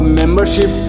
membership